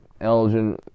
Elgin